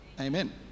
amen